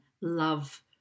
love